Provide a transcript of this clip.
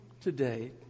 today